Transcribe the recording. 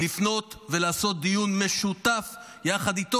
לפנות ולעשות דיון משותף יחד איתו,